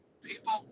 people